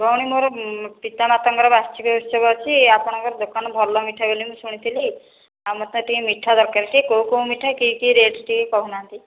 ଭଉଣୀ ମୋର ପିତା ମାତାଙ୍କର ବାର୍ଷିକ ଉତ୍ସବ ଅଛି ଆପଣଙ୍କର ଦୋକାନ ଭଲ ମିଠା ବୋଲି ମୁଁ ଶୁଣିଥିଲି ଆଉ ମୋତେ ଟିକେ ମିଠା ଦରକାରେ କି କେଉଁ କେଉଁ ମିଠା କି କି ରେଟ୍ ଟିକେ କହୁନାହାନ୍ତି